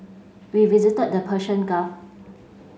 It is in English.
we visited the Persian Gulf